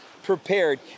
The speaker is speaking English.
prepared